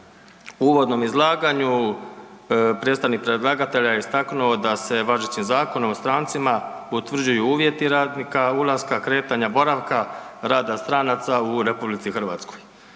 uvodnom izlaganju predstavnik predlagatelja je istaknuo da se važećim Zakonom o strancima utvrđuju uvjeti radnika, ulaska, kretanja, boravka rada stranaca u RH.